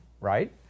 right